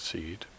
Seed